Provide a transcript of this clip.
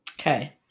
Okay